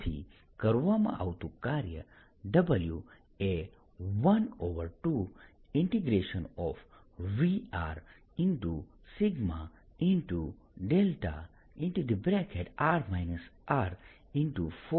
તેથી કરવામાં આવતુ કાર્ય W એ 12Vrσ δr R4πr2dr થશે જે 12VR